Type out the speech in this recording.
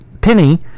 Penny